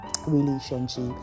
Relationship